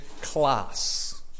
class